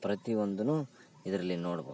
ಪ್ರತಿಯೊಂದೂ ಇದರಲ್ಲಿ ನೋಡ್ಬೋದು